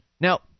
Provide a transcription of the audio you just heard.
Now